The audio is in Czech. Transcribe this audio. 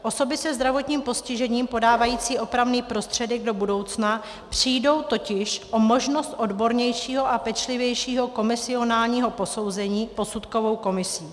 Osoby se zdravotním postižením podávající opravný prostředek do budoucna přijdou totiž o možnost odbornějšího a pečlivějšího komisionálního posouzení posudkovou komisí.